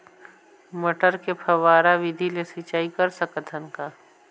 मटर मे फव्वारा विधि ले सिंचाई कर सकत हन का?